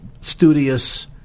studious